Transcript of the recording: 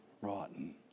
rotten